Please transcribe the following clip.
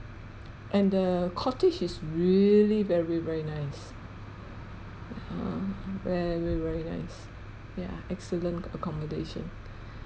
and the cottage is really very very nice ya very very nice ya excellent accomodation